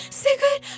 secret